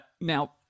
Now-